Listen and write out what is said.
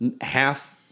half-